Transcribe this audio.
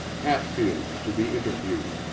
hatfield to be interviewed.